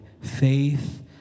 Faith